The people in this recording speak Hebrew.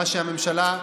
מה שהממשלה,